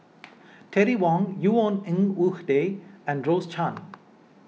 Terry Wong Yvonne Ng Uhde and Rose Chan